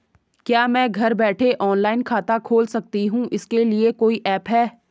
क्या मैं घर बैठे ऑनलाइन खाता खोल सकती हूँ इसके लिए कोई ऐप है?